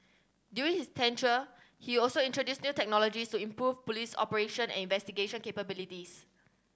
during his tenure he also introduced new technologies to improve police operation and investigation capabilities